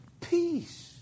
Peace